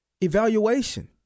Evaluation